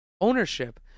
Ownership